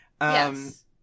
Yes